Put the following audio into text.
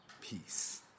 peace